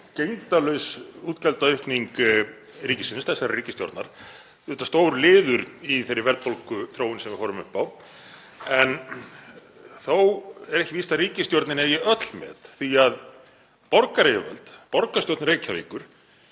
gegndarlaus útgjaldaaukning ríkisins, þessarar ríkisstjórnar, auðvitað stór liður í þeirri verðbólguþróun sem við horfum upp á. En þó er ekki víst að ríkisstjórnin eigi öll met því að borgaryfirvöld, borgarstjórn Reykjavíkur,